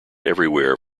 everywhere